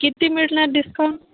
किती मिळणार डिस्काउंट